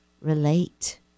relate